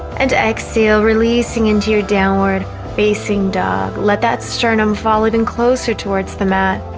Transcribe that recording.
and exhale releasing into your downward facing dog let that sternum followed and closer towards the mat